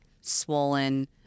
swollen